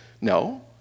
No